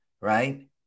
right